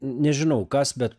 nežinau kas bet